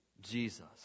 Jesus